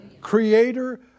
Creator